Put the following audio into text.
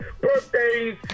birthdays